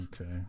Okay